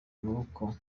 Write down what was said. amaboko